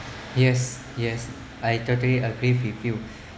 yes yes I totally agree with you